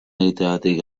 egiteagatik